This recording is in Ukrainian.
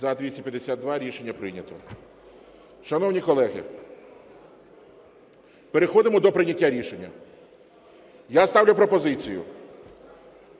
За-252 Рішення прийнято. Шановні колеги, переходимо до прийняття рішення. Я ставлю пропозицію